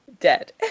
dead